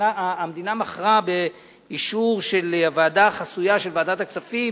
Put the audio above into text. המדינה מכרה באישור של הוועדה החסויה של ועדת הכספים